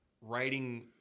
writing